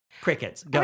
Crickets